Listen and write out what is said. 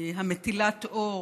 מטילת אור,